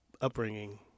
upbringing